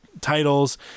titles